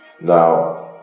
Now